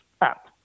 up